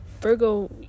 Virgo